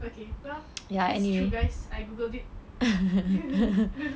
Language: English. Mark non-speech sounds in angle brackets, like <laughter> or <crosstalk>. okay well it's true guys I googled it <laughs>